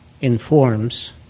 informs